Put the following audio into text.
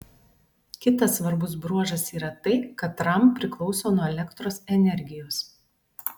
kitas svarbus bruožas yra tai kad ram priklauso nuo elektros energijos